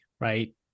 right